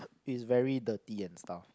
is very dirty and stuff